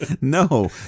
No